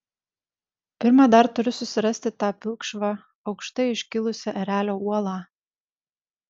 pirma dar turiu susirasti tą pilkšvą aukštai iškilusią erelio uolą